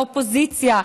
האופוזיציה,